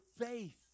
faith